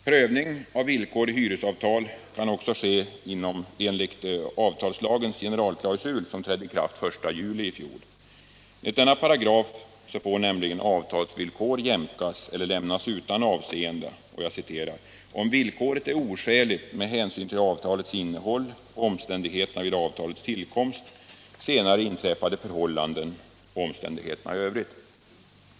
Prövning av villkor i hyresavtal kan också ske enligt avtalslagens generalklausul, som trädde i kraft den 1 juli i fjol. Enligt denna paragraf får nämligen avtalsvillkor jämkas eller lämnas utan avseende ”om villkoret är oskäligt med hänsyn till avtalets innehåll, omständigheterna vid avtalets tillkomst, senare inträffade förhållanden och omständigheterna i övrigt”.